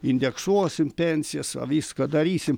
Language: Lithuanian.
indeksuosim pensijas a viską darysim